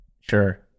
Sure